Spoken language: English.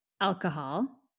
alcohol